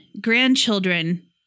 grandchildren